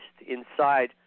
inside